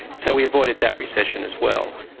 and so we avoided that recession as well.